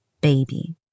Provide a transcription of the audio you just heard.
Baby